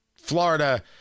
Florida